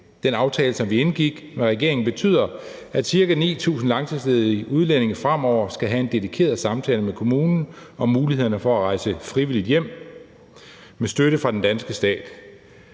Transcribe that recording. Den aftale, som vi indgik med regeringen, betyder, at ca. 9.000 langtidsledige udlændinge fremover skal have en dedikeret samtale med kommunen om mulighederne for at rejse frivilligt hjem med støtte fra den danske stat.